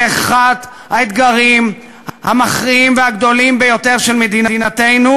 זה אחד האתגרים המכריעים והגדולים ביותר של מדינתנו,